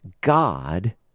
God